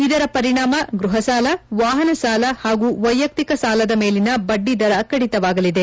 ಇದರ ಪರಿಣಾಮ ಗ್ವಹ ಸಾಲ ವಾಹನ ಸಾಲ ಹಾಗೂ ವೈಯಕ್ಕಿಕ ಸಾಲದ ಮೇಲಿನ ಬಡ್ಡಿದರ ಕಡಿತವಾಗಲಿದೆ